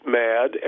mad